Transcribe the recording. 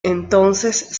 entonces